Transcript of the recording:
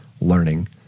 learning